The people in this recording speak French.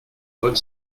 bonne